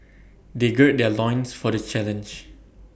they gird their loins for the challenge